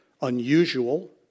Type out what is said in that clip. unusual